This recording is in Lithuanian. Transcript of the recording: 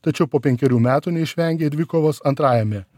tačiau po penkerių metų neišvengė ir dvikovos antrajame